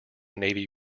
navy